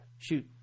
shoot